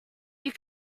you